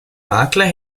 makler